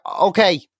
Okay